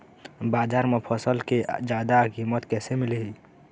बजार म फसल के जादा कीमत कैसे मिलही?